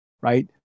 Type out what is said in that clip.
right